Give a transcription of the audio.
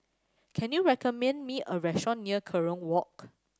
can you recommend me a restaurant near Kerong Walk